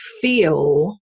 feel